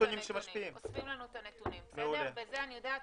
עכשיו יש.